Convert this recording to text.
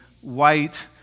white